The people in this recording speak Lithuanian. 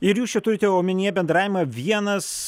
ir jūs čia turite omenyje bendravimą vienas